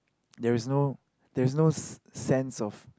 there is no there is no sense of